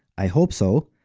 i hope so,